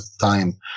time